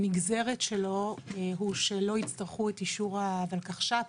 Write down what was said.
הנגזרת שלו היא שלא יצטרכו את אישור הוולקחש"פ,